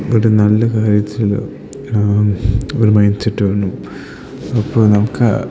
ഇവിടെ നല്ല കാര്യത്തിൽ ഒരു മൈൻഡ് സെറ്റ് വന്നു അപ്പോൾ നമുക്ക്